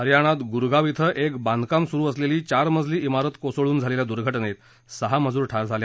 हरयाणात गुरगाव क्षे एक बांधकाम सुरु असलेली चार मजली मारत कोसळून झालेल्या दुर्घटनेत सहा मजूर ठार झाले